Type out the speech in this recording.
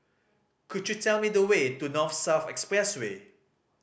could you tell me the way to North South Expressway